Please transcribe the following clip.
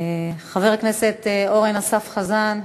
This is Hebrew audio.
חבר הכנסת אורן אסף חזן,